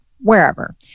wherever